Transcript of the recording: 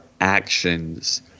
actions